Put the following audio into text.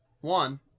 One